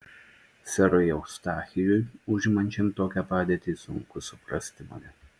serui eustachijui užimančiam tokią padėtį sunku suprasti mane